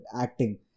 acting